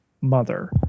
mother